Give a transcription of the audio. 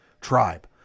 tribe